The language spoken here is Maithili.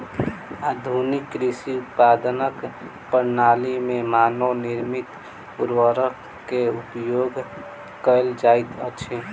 आधुनिक कृषि उत्पादनक प्रणाली में मानव निर्मित उर्वरक के उपयोग कयल जाइत अछि